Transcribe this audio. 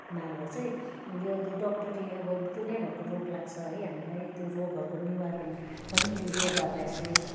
मार्ग चाहिँ यो डक्टरी अब दुनियाभरको रोग लाग्छ है हामीलाई त्यो रोगहरूको निवारण पनि यो योगाभ्यासमै छ